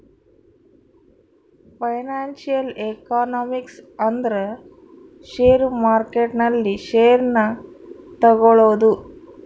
financial economics ಅಂದ್ರ share market ನಲ್ಲಿ share ನ ತಗೋಳೋದು